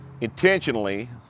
intentionally